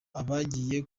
abagiye